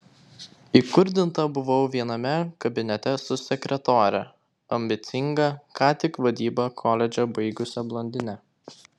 įkurdinta buvau viename kabinete su sekretore ambicinga ką tik vadybą koledže baigusia blondine